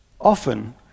Often